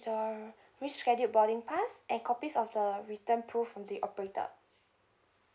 your missed credit boarding pass and copies of the return proof from the operator